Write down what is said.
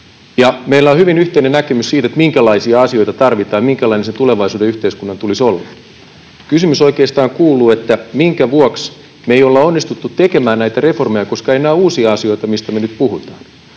Meillä on hyvin yhteinen näkemys siitä, minkälaisia asioita tarvitaan, minkälainen sen tulevaisuuden yhteiskunnan tulisi olla. Kysymys oikeastaan kuuluu, että minkä vuoksi me emme ole onnistuneet tekemään näitä reformeja, koska eivät nämä ole uusia asioita, mistä me nyt puhumme.